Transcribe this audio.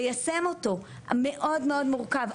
ליישם אותו מאוד מאוד מורכב.